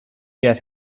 get